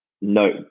no